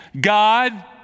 God